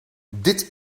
dit